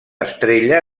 estrella